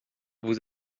vous